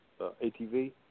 ATV